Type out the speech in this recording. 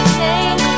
name